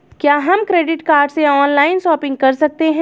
क्या हम credit card से ऑनलाइन शॉपिंग कर सकते हैं?